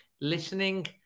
listening